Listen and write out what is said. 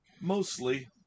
Mostly